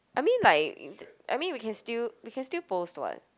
I mean like I mean we can still we can still post [what]